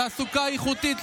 תעסוקה איכותית,